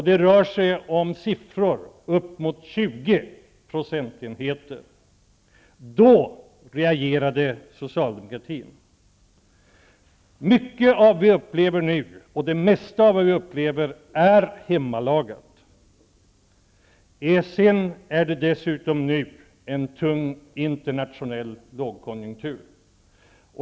Det rör sig om siffror upp mot 20 procentenheter. Då reagerade socialdemokratin. Det mesta av det som vi nu upplever är hemmalagat. Sedan råder det nu dessutom en tung internationell lågkonjunktur.